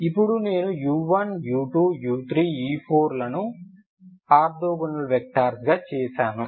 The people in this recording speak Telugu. ఇప్పుడు నేను u1 u2 u3 u4లను ఆర్తోగోనల్ వెక్టర్స్గా చేస్తాను